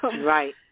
Right